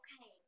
okay